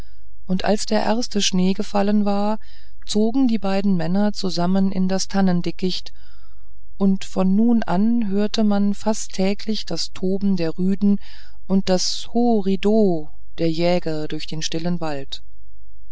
und als der erste schnee gefallen war zogen die beiden männer zusammen in das tannendickicht und von nun an hörte man fast täglich das toben der rüden und das ho ridoh der jäger durch den stillen wald